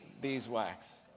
beeswax